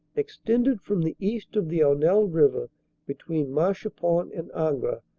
ex tended from the east of the aunelle river between marchipont and angre,